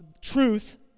truth